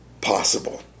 possible